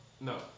No